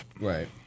Right